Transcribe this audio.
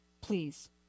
Please